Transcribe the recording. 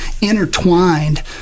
intertwined